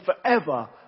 forever